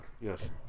yes